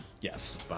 Yes